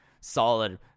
solid